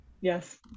Yes